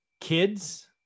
kids